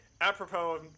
Apropos